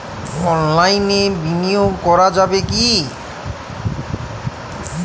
অনলাইনে বিনিয়োগ করা যাবে কি?